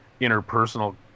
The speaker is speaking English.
interpersonal